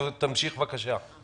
תמשיך בבקשה.